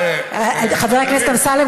חבר הכנסת אמסלם,